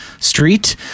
Street